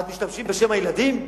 אז משתמשים בשם הילדים?